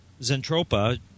zentropa